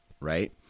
right